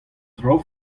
traoù